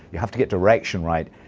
you have to get direction right.